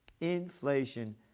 inflation